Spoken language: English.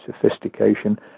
sophistication